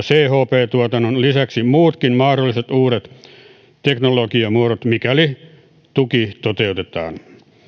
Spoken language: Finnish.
chp tuotannon lisäksi muutkin mahdolliset uudet teknologiamuodot mikäli tuki toteutetaan